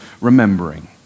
remembering